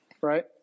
Right